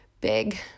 big